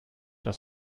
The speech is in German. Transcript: das